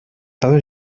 estados